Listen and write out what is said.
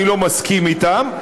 אני לא מסכים איתם,